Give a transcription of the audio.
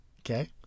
Okay